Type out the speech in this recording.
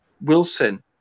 Wilson